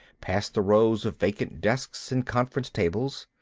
past the rows of vacant desks and conference tables.